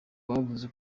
bavuga